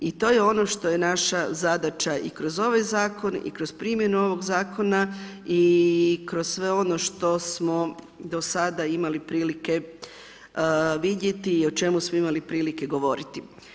I to je ono što je naša zadaća i kroz ovaj zakon i kroz primjenu ovog zakona i kroz sve ono što smo do sada imali prilike vidjeti i o čemu smo imali prilike govoriti.